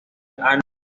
anime